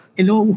Hello